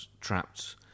trapped